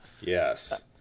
Yes